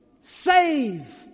save